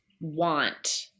want